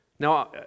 Now